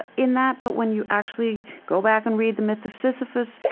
ah in that, but when you actually go back and read the myth of sisyphus,